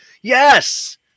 Yes